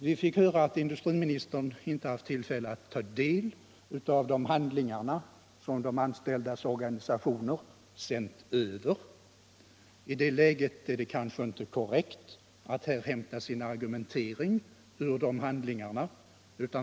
Vi fick höra att industriministern inte haft tillfälle att ta del av de handlingar som de anställdas organisationer sänt över. I det läget är det kanske inte korrekt att här hämta sin argumentering ur dessa handlingar.